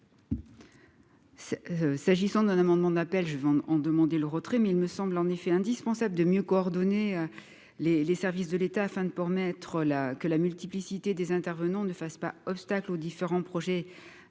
S'agissant d'un amendement d'appel je vends en demander le retrait mais il me semble en effet indispensable de mieux coordonner les les services de l'État afin de pour mettre la que la multiplicité des intervenants ne fassent pas obstacle aux différents projets